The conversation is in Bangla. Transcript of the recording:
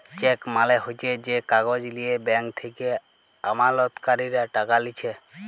চেক মালে হচ্যে যে কাগজ লিয়ে ব্যাঙ্ক থেক্যে আমালতকারীরা টাকা লিছে